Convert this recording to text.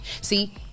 See